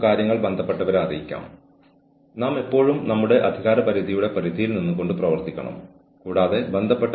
നിങ്ങളുടെ സ്ഥാപനത്തിലെ ജീവനക്കാരുടെയും ഉപഭോക്താക്കളുടെയും അന്തസ്സ് കാത്തുസൂക്ഷിക്കുകയോ അന്തസ്സ് ഉറപ്പാക്കുകയോ ചെയ്യേണ്ടത് വളരെ അത്യാവശ്യമാണ്